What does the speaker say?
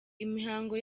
mihango